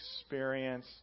experience